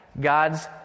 God's